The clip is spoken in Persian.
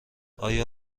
آیا